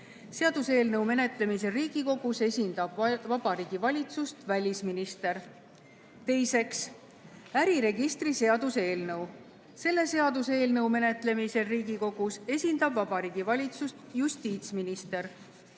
Seaduseelnõu menetlemisel Riigikogus esindab Vabariigi Valitsust välisminister. Teiseks, äriregistri seaduse eelnõu. Selle seaduseelnõu menetlemisel Riigikogus esindab Vabariigi Valitsust justiitsminister.